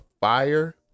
fire